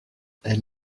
elle